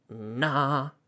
Nah